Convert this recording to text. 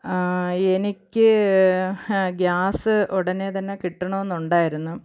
എനിക്ക് ഗ്യാസ് ഉടനെ തന്നെ കിട്ടണമെന്നുണ്ടായിരുന്നു